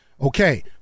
Okay